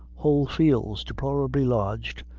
whole fields, deplorably lodged,